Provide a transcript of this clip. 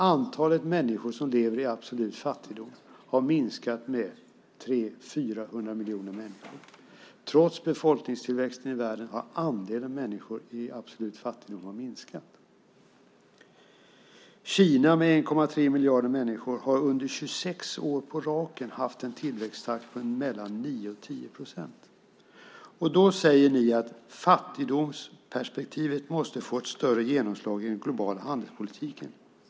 Antalet människor som lever i absolut fattigdom har minskat med 300-400 miljoner. Trots befolkningstillväxten i världen har andelen människor i absolut fattigdom minskat. Kina, med 1,3 miljarder människor, har under 26 år på raken haft en tillväxttakt på mellan 9 och 10 procent. Då säger ni att fattigdomsperspektivet måste få ett större genomslag i den globala handelspolitiken.